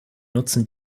nutzen